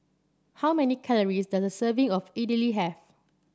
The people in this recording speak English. how many calories does a serving of Idili have